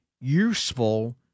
useful